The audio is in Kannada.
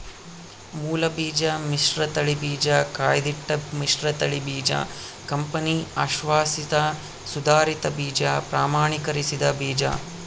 ಮೂಲಬೀಜ ಮಿಶ್ರತಳಿ ಬೀಜ ಕಾಯ್ದಿಟ್ಟ ಮಿಶ್ರತಳಿ ಬೀಜ ಕಂಪನಿ ಅಶ್ವಾಸಿತ ಸುಧಾರಿತ ಬೀಜ ಪ್ರಮಾಣೀಕರಿಸಿದ ಬೀಜ